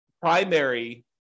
primary